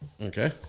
Okay